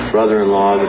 brother-in-law